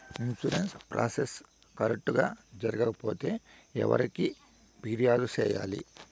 insurance process correct గా జరగకపోతే ఎవరికి ఫిర్యాదు సేయాలి